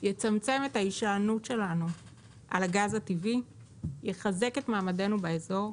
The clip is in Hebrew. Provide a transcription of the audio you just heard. יצמצם את ההישענות שלנו על הגז הטבעי ויחזק את מעמדנו באזור.